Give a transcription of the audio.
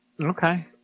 Okay